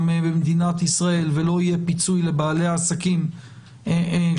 במדינת ישראל ולא יהיה פיצוי לבעלי העסקים שם.